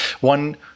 one